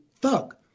thug